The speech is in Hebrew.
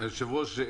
היושב-ראש,